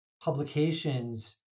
publications